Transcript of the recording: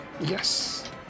Yes